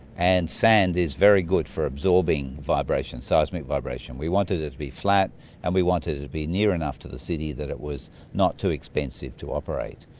and sand is very good for absorbing seismic vibration. we wanted it to be flat and we wanted it to be near enough to the city that it was not too expensive to operate.